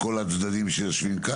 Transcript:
לפנות.